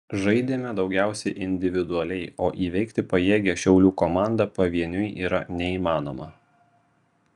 žaidėme daugiausiai individualiai o įveikti pajėgią šiaulių komandą pavieniui yra neįmanoma